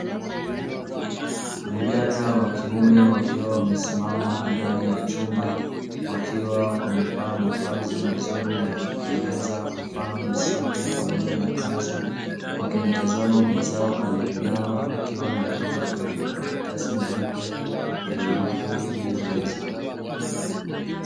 Vijana wakiume wakiwa wamesimama ndani ya chumba, wakiwa wamevaa mavazi mazuri na ya kupendeza mfano ni suti pamoja na kanzu, wakimtazama mwenzao aliyeinama akiwa anaandika kwenye makaratasi meupe yaliyopo juu ya meza.